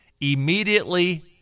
immediately